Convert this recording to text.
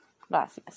Gracias